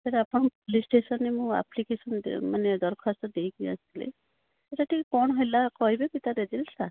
sir ଆପଣଙ୍କ police ଷ୍ଟେସନ୍ରେ ମୁଁ ଆପ୍ଲିକେସନ୍ ମାନେ ଦରଖାସ୍ତ ଦେଇକି ଆସିଥିଲି ସେଇଟା ଟିକେ କ'ଣ ହେଲା କହିବେକି ତା ରେଜଲ୍ଟ୍ଟା